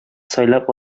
сайлап